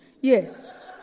Yes